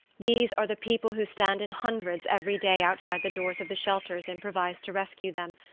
these are the people who stand in hundreds every day outside the doors of the shelters improvised to rescue them,